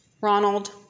Ronald